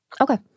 Okay